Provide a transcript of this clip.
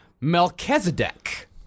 Melchizedek